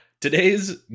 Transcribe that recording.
Today's